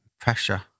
pressure